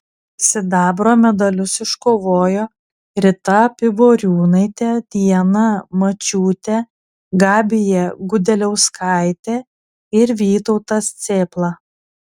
sidabro medalius iškovojo rita pivoriūnaitė diana mačiūtė gabija gudeliauskaitė ir vytautas cėpla